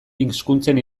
hizkuntzen